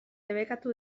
debekatu